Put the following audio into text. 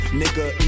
nigga